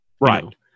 right